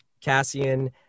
Cassian